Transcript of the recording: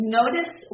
notice